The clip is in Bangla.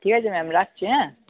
ঠিক আছে ম্যাম রাখছি হ্যাঁ